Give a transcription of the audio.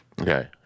Okay